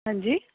ਹੈਂ ਜੀ